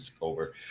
over